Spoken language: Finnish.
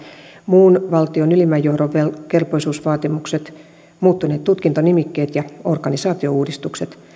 muun valtion ylimmän johdon kelpoisuusvaatimukset muuttuneet tutkintonimikkeet ja organisaatiouudistukset